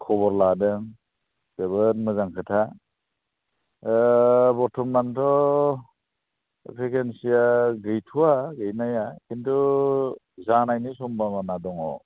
खबर लादों जोबोद मोजां खोथा बर्थमानथ' भेकेन्सिया गैथ'वा गैनाया खिन्थु जानायनि सम्बाबना दङ